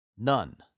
None